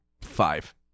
five